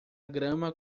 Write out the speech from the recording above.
grama